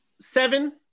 seven